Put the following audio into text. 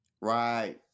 Right